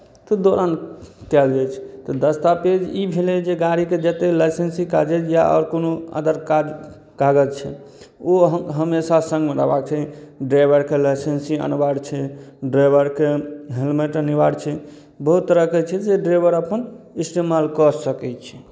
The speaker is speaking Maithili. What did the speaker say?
तऽ दौरान कयल जाइ छै तऽ दस्तावेज ई भेलै जे गाड़ीके जतेक लाइसेंसी काजज या आओर कोनो अदर काज कागज छै ओ हम् हमेशा सङ्गमे रहबाक चाही ड्राइवरके लाइसेंसी अनिवार्य छै ड्राइवरके हेलमेट अनिवार्य छै बहुत तरहके छै जे ड्राइवर अपन इस्तेमाल कऽ सकै छै